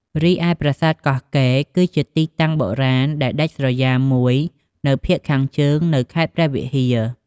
រីឯ ប្រាសាទកោះកេរ គឺជាទីតាំងបុរាណដែលដាច់ស្រយាលមួយនៅភាគខាងជើង នៅខេត្តព្រះវិហារ។